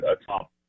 atop